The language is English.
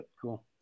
Cool